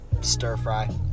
stir-fry